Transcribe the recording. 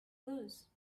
lose